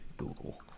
Google